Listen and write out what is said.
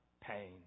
pain